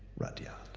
rudyard.